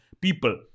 people